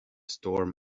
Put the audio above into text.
storm